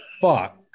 fuck